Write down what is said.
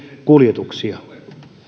kuljetuksia